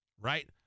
right